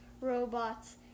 robots